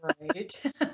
Right